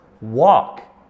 Walk